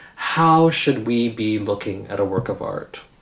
how should we be looking at a work of art?